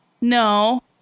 no